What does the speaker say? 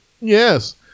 Yes